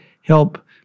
help